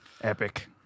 Epic